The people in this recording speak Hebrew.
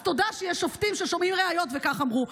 אז תודה שיש שופטים ששומעים ראיות וכך אמרו.